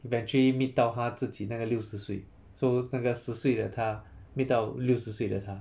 eventually meet 到他自己那个六十岁 so 那个十岁的他 meet 到六十岁的他